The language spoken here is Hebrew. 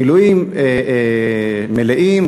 מילואים מלאים,